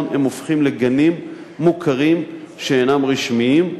הם הופכים לגנים מוכרים שאינם רשמיים,